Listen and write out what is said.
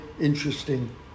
interesting